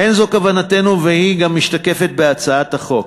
אין זו כוונתנו, והיא גם משתקפת בהצעת החוק.